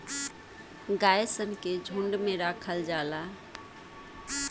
गाय सन के झुंड में राखल जाला